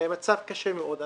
המצב קשה מאוד.